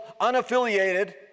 unaffiliated